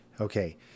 Okay